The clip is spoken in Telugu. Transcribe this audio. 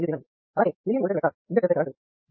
అలాగే తెలియని ఓల్టేజ్ వెక్టార్ ఇంజెక్ట్ చేసే కరెంట్ 0